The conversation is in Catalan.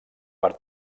per